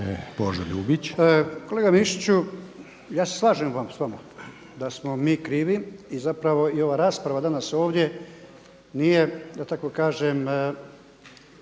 Božo (HDZ)** Kolega Mišiću ja se slažem s vama da smo mi krivi i zapravo i ova rasprava danas ovdje nije da tak kažem